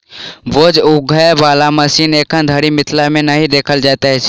बोझ उघै बला मशीन एखन धरि मिथिला मे नहि देखल जाइत अछि